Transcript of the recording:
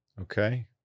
okay